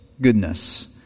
goodness